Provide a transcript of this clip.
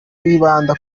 wibanda